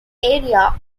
area